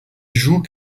jouent